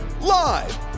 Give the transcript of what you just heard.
Live